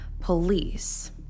police